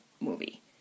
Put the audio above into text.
movie